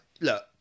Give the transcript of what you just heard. Look